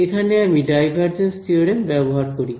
এখানে আমি divergence theorem ব্যবহার করি